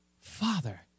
father